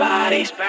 Bodies